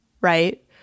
right